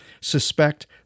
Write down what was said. suspect